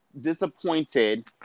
disappointed